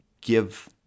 give